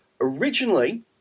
Originally